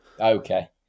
Okay